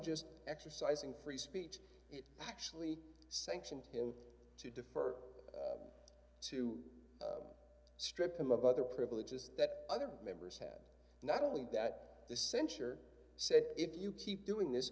just exercising free speech it actually sanctioned him to defer to strip him of other privileges that other members had not only that the censure said if you keep doing this